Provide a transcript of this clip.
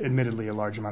admittedly a large amount of